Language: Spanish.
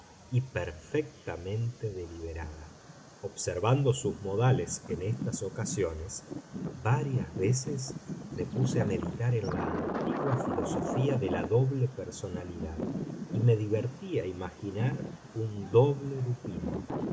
y perfectamente deliberada observando sus modales en estas ocasiones varias veces me puse a meditar en la antigua filosofía de la doble personalidad y me divertía imaginar un doble dupín